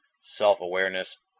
self-awareness